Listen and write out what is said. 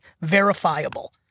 verifiable